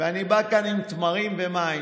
ואני בא לכאן עם תמרים ומים.